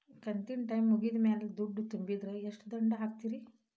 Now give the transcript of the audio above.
ಕಂತಿನ ಟೈಮ್ ಮುಗಿದ ಮ್ಯಾಲ್ ದುಡ್ಡು ತುಂಬಿದ್ರ, ಎಷ್ಟ ದಂಡ ಹಾಕ್ತೇರಿ?